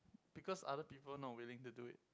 because other people not willing to do it